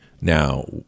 now